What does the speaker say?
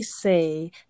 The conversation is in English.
say